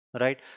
right